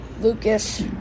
Lucas